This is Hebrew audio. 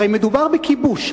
הרי מדובר בכיבוש.